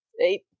Eight